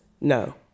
no